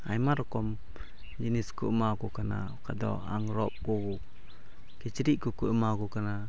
ᱟᱭᱢᱟ ᱨᱚᱠᱚᱢ ᱡᱤᱱᱤᱥ ᱠᱚ ᱮᱢᱟᱠᱚ ᱠᱟᱱᱟ ᱚᱠᱚᱭ ᱠᱚᱫᱚ ᱟᱝᱨᱚᱵᱽ ᱠᱚ ᱠᱤᱪᱨᱤᱡ ᱠᱚᱠᱚ ᱮᱢᱟᱠᱚ ᱠᱟᱱᱟ